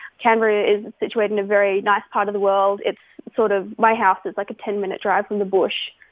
canberra is situated in a very nice part of the world. it's sort of my house is like a ten minute drive from the bush,